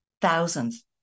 thousands